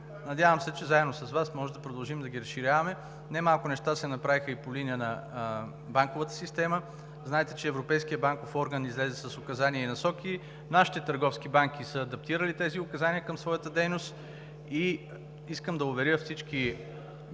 Надявам се, че заедно с Вас можем да продължим да ги разширяваме. Не малко неща се направиха и по линия на банковата система. Знаете, че Европейският банков орган излезе с указание и насоки. Нашите търговски банки са адаптирали тези указания към своята дейност и искам да уверя всички